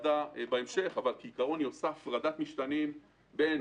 שעושה הפרדת משתנים בין